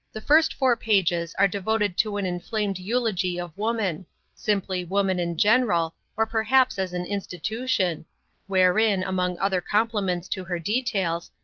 the first four pages are devoted to an inflamed eulogy of woman simply woman in general, or perhaps as an institution wherein, among other compliments to her details,